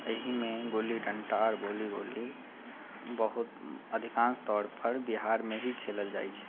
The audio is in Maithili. अहिमे गुल्ली डण्टा आओर गोली गोली बहुत अधिकांश तौरपर बिहारमे ही खेलल जाइ छै